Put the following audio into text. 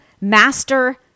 master